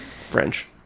French